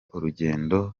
urugendo